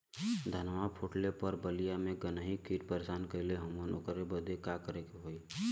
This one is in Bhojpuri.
धनवा फूटले पर बलिया में गान्ही कीट परेशान कइले हवन ओकरे बदे का करे होई?